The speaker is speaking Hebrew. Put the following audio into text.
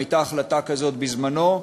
הייתה החלטה כזאת בזמנה,